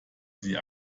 sie